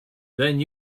than